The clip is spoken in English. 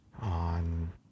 on